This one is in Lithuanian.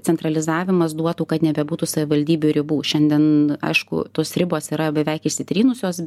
centralizavimas duotų kad nebebūtų savivaldybių ribų šiandien aišku tos ribos yra beveik išsitrynusios